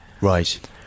right